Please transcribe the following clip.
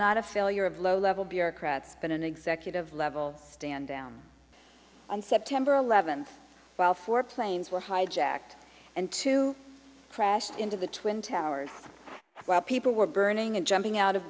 not a failure of low level bureaucrats but an executive level stand down on september eleventh while four planes were hijacked and two crashed into the twin towers while people were burning and jumping out of